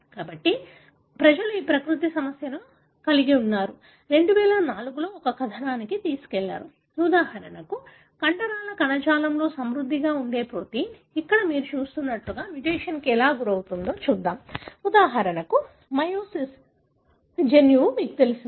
కాబట్టి ప్రజలు ఈ ప్రకృతి సమస్యను కలిగి ఉన్నారు 2004 లో ఒక కథనాన్ని తీసుకువెళ్లారు ఉదాహరణకు కండరాల కణజాలంలో సమృద్ధిగా ఉండే ప్రోటీన్ ఇక్కడ మీరు చూస్తున్నట్లుగా మ్యుటేషన్కి ఎలా గురవుతుందో ఉదాహరణకు మయోసిన్ జన్యువు మీకు తెలిసినది